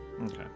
Okay